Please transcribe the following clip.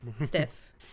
stiff